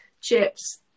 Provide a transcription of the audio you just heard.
chips